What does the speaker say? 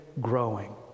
growing